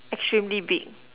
extremely big